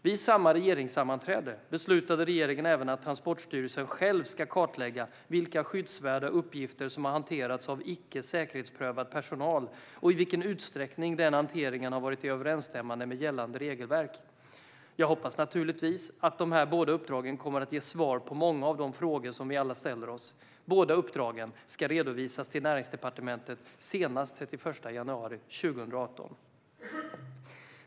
Vid samma regeringssammanträde beslutade regeringen även att Transportstyrelsen själv ska kartlägga vilka skyddsvärda uppgifter som har hanterats av icke säkerhetsprövad personal och i vilken utsträckning den hanteringen har varit i överensstämmelse med gällande regelverk. Jag hoppas naturligtvis att de här båda uppdragen kommer att ge svar på många av de frågor som vi alla ställer oss. Båda uppdragen ska redovisas till Näringsdepartementet senast den 31 januari 2018.